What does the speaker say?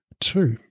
Two